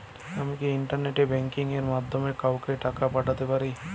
আমি কি internet banking এর মাধ্যমে কাওকে টাকা পাঠাতে পারি?